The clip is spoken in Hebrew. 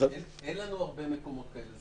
אין לנו הרבה מקומות כאלה.